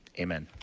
amen.